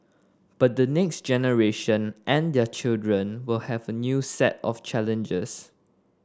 but the next generation and their children will have a new set of challenges